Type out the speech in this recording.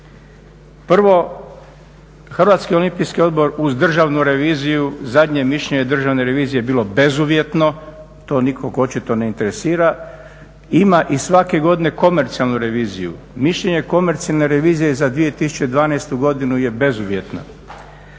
Prvo, Hrvatski olimpijski odbor uz državnu reviziju, zadnje mišljenje državne revizije je bilo bezuvjetno, to nikog očito ne interesira ima i svake godine komercijalnu reviziju. Mišljenje komercijalne revizije je za 2012. godinu je bezuvjetno.